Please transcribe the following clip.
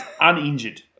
uninjured